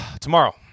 Tomorrow